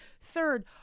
Third